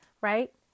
right